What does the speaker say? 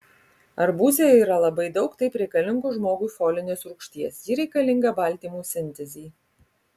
arbūze yra labai daug taip reikalingos žmogui folinės rūgšties ji reikalinga baltymų sintezei